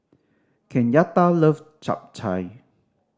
Kenyatta love Japchae